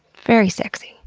very sexy.